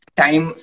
time